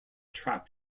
trap